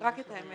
רק את האמת.